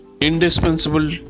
indispensable